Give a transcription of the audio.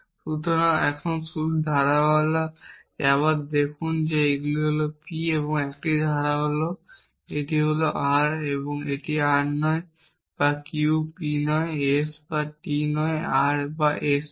সুতরাং এখন শুধু ধারাগুলো আবার লিখুন এই হল P এই 1টি ধারা হল এই হল R এটা R নয় বা Q P নয় S বা T নয় R বা S নয়